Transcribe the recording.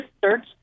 search